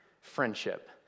friendship